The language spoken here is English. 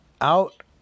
Out